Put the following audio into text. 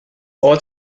all